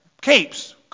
capes